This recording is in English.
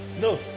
No